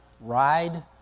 ride